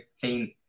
theme